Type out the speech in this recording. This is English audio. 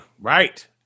Right